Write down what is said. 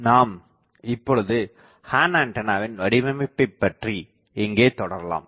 நாம் இப்பொழுது ஹார்ன் ஆண்டனாவின் வடிவமைப்பை பற்றி இங்கே தொடரலாம்